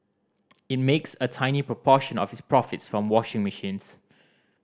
it makes a tiny proportion of its profits from washing machines